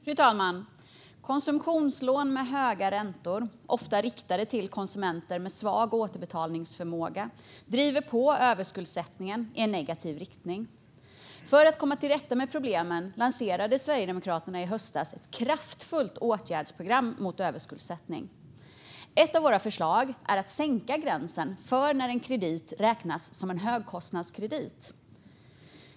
Fru talman! Konsumtionslån med höga räntor, ofta riktade till konsumenter med svag återbetalningsförmåga, driver överskuldsättningen i en negativ riktning. För att komma till rätta med problemen lanserade Sverigedemokraterna i höstas ett kraftfullt åtgärdsprogram mot överskuldsättning. Ett av våra förslag är att sänka gränsen för när en kredit räknas som en högkostnadskredit.